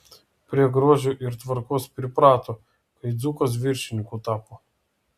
prie grožio ir tvarkos priprato kai dzūkas viršininku tapo